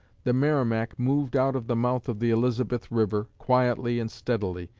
the merrimac moved out of the mouth of the elizabeth river, quietly and steadily,